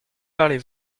parlez